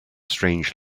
strange